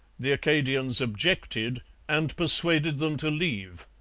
the acadians objected and persuaded them to leave,